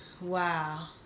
Wow